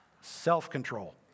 self-control